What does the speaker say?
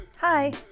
Hi